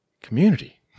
Community